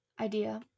idea